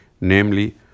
namely